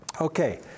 Okay